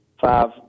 five –